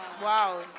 Wow